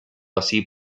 así